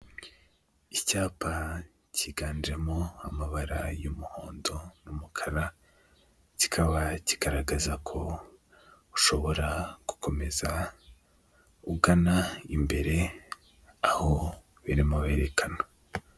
Icyapa cyiganjemo amabara y'umuhondo n'umukara kikaba kigaragaza ko ushobora gukomeza ugana imbere aho kirimo kerekana.